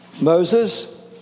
Moses